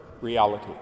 reality